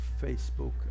Facebook